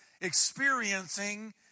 experiencing